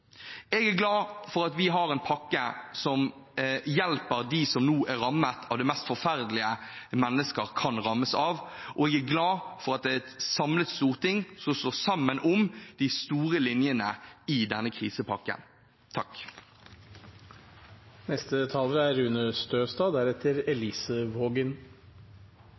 Jeg er glad for at vi har en pakke som hjelper dem som nå er rammet av det mest forferdelige mennesker kan rammes av, og jeg glad for at det er et samlet storting som står sammen om de store linjene i denne krisepakken.